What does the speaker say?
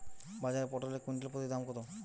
বাজারে পটল এর কুইন্টাল প্রতি দাম কত?